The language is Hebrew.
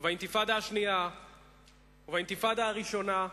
באינתיפאדה השנייה ובאינתיפאדה הראשונה.